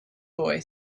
boy